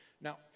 Now